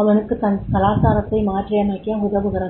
அவனுக்கு தன் கலாச்சாரத்தை மாற்றியமைக்க உதவுகிறது